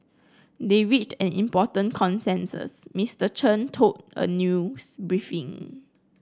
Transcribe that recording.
they reached an important consensus Mister Chen told a news briefing